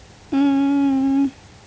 mm